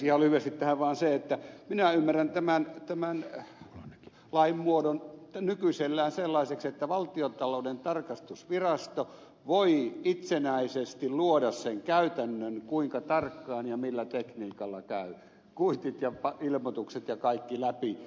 ihan lyhyesti tähän vaan se että minä ymmärrän tämän lainmuodon nykyisellään sellaiseksi että valtiontalouden tarkastusvirasto voi itsenäisesti luoda sen käytännön kuinka tarkkaan ja millä tekniikalla käy kuitit ja ilmoitukset ja kaikki läpi